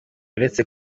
uretse